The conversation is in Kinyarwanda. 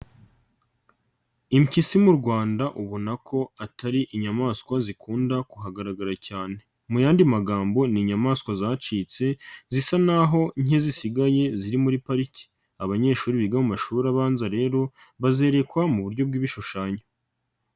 Impyisi mu Rwanda ubona ko atari inyamaswa zikunda kuhagaragara cyane, mu yandi magambo ni inyamaswa zacitse zisa n'aho nke zisigaye ziri muri pariki, abanyeshuri biga mu mashuri abanza rero bazerekwa mu buryo bw'ibishushanyo.